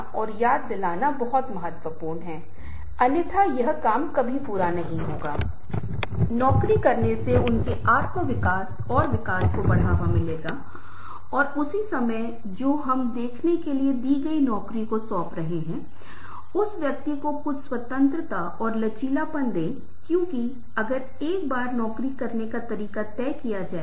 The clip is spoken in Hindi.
अब यह ४ क्षेत्र हैं जिन पर मैं स्पर्श करूंगा यदि मैं सिर्फ एक तत्व संचार ले रहा हूं तो मैं एक प्रश्न पूछ सकता हूं कि 'क्या' मैं प्रश्न पूछ सकता हूं कि 'कैसे' मैं पूछ सकता हूं की 'कब' और किन घटकों को किस विशेष तरीके से प्रस्तुत किया जाएगा